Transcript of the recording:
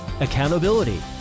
accountability